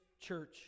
church